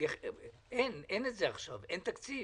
אין את זה עכשיו, אין תקציב.